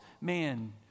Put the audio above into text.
man